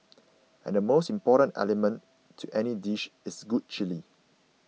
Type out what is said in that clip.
and the most important element to any dish is good chilli